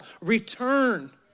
return